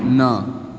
न